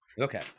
okay